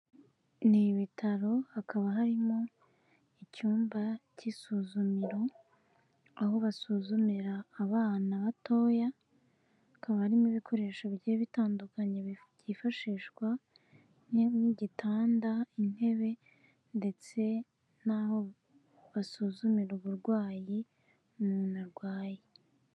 Ni ibitaro hakaba harimo icyumba cy'isuzumiro, aho basuzumira abana batoya, hakaba harimo ibikoresho bigiye bitandukanye byifashishwa nk'igitanda, intebe ndetse n'aho basuzumira uburwayi umuntu arwaye.